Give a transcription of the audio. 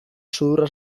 sudurra